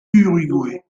uruguay